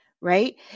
Right